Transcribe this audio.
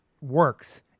works